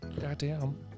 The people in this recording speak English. Goddamn